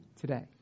today